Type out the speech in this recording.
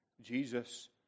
Jesus